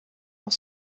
auch